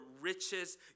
riches